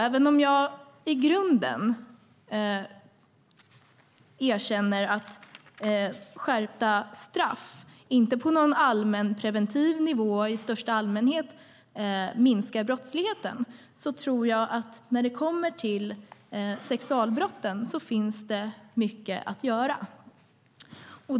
Även om jag i grunden erkänner att skärpta straff inte på någon allmänpreventiv nivå i största allmänhet minskar brottsligheten tror jag att det när det gäller sexualbrotten finns mycket att göra.